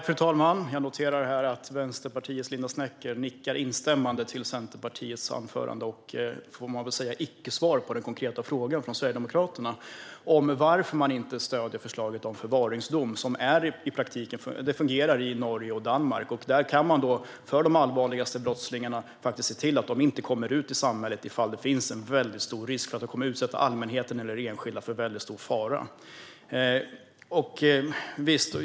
Fru talman! Jag noterar att Vänsterpartiets Linda Snecker nickar instämmande till Centerpartiets anförande och, får man väl säga, icke-svar på den konkreta frågan från Sverigedemokraterna om varför man inte stöder förslaget om förvaringsdom. Det fungerar i praktiken i Norge och Danmark, och där kan man se till att de grövsta brottslingarna inte kommer ut i samhället om det finns en väldigt stor risk att de kommer att utsätta allmänheten eller enskilda för stor fara.